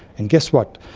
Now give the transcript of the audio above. and guess what?